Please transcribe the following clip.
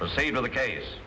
say you know the case